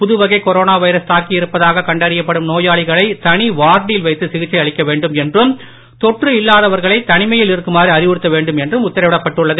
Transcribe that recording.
புதுவகைகொரோனாவைரஸ்தாக்கிஇருப்பதாககண்டறியப்படும்நோயா ளிகளைதனிவார்டில்வைத்துசிகிச்சைஅளிக்கவேண்டும்என்றும் தொற்றுஇல்லாதவர்களைதனிமையில்இருக்குமாறுஅறிவுறுத்தவேண்டும் என்றும்டத்தரவிடப்பட்டுள்ளது